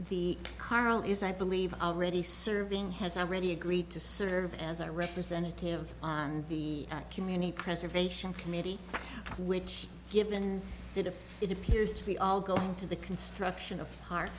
the carl is i believe already serving has already agreed to serve as a representative on the community preservation committee which given it appears to be all going to the construction of har